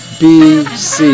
bc